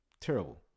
Terrible